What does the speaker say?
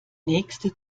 nächste